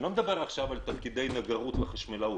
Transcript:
אני לא מדבר על תפקידי נגרות וחשמלאות,